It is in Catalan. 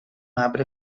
arbre